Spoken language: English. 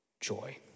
joy